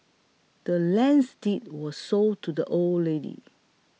the land's deed was sold to the old lady